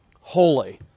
holy